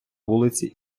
вулиці